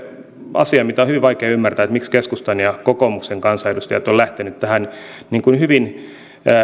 asia mitä on hyvin vaikea ymmärtää miksi keskustan ja kokoomuksen kansanedustajat ovat lähteneet tähän hyvin